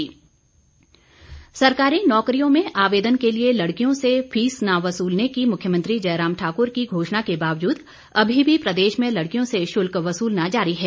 शुल्क सरकारी नौकरियों में आवेदन के लिए लड़कियों से फीस न वसूलने की मुख्यमंत्री जयराम ठाकुर की घोषणा के बावजूद अभी भी प्रदेश में लड़कियों से शुल्क वसूलना जारी है